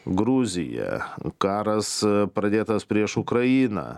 gruziją karas pradėtas prieš ukrainą